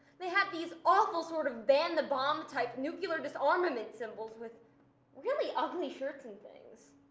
they had these awful sort of ban the bomb type nuclear disarmament symbols with really ugly shirts and things.